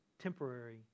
temporary